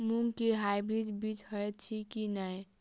मूँग केँ हाइब्रिड बीज हएत अछि की नै?